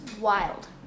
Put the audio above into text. wild